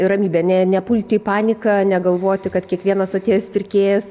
ramybė ne nepulti į paniką negalvoti kad kiekvienas atėjęs pirkėjas